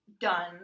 done